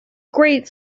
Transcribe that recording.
great